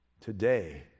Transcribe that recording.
Today